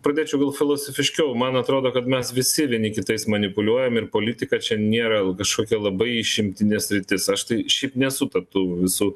pradėčiau gal filosofiškiau man atrodo kad mes visi vieni kitais manipuliuojam ir politika čia nėra kažkokia labai išimtinė sritis aš tai šiaip nesu ten tų visų